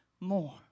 more